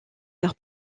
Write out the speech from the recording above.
leur